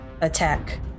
attack